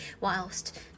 whilst